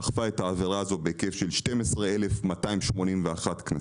אכפה את העבירה הזו בהיקף של 12,281 קנסות.